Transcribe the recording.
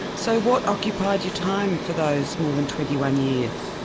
so what occupied your time for those more than twenty one years?